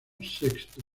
sexto